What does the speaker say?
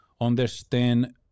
understand